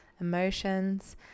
emotions